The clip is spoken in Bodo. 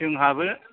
जोंहाबो